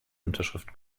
unterschrift